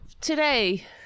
today